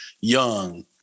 young